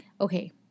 Okay